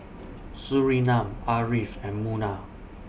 Surinam Ariff and Munah